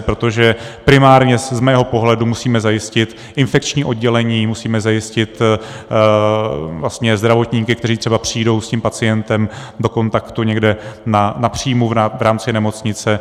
Protože primárně z mého pohledu musíme zajistit infekční oddělení, musíme zajistit zdravotníky, kteří třeba přijdou s tím pacientem do kontaktu někde na příjmu v rámci nemocnice.